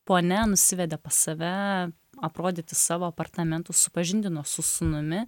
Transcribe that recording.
ponia nusivedė pas save aprodyti savo apartamentų supažindino su sūnumi